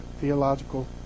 Theological